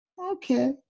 okay